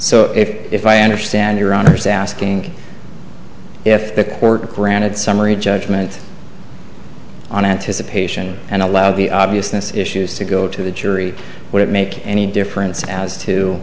so if i understand your honour's asking if the court granted summary judgment on anticipation and allow the obviousness issues to go to the jury would it make any difference as to